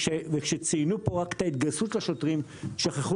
כשציינו פה רק את ההתגייסות של השוטרים שכחו